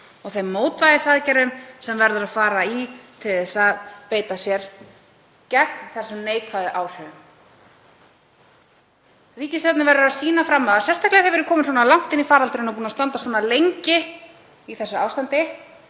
og þeim mótvægisaðgerðum sem fara verður í til að beita sér gegn þessum neikvæðu áhrifum. Ríkisstjórnin verður að sýna fram á það, sérstaklega þegar við erum komin svona langt inn í faraldurinn og búin að vera svona lengi í þessu ástandi,